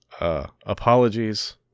Apologies